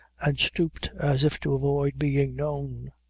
and stooped, as if to avoid being known.